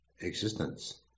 existence